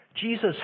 Jesus